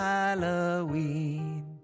Halloween